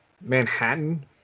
Manhattan